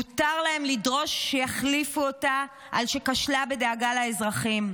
מותר להם לדרוש שיחליפו אותה על שכשלה בדאגה לאזרחים.